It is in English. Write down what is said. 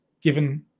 given